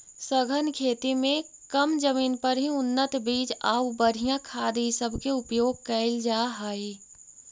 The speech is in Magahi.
सघन खेती में कम जमीन पर ही उन्नत बीज आउ बढ़ियाँ खाद ई सब के उपयोग कयल जा हई